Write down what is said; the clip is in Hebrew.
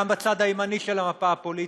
גם בצד הימני של המפה הפוליטית,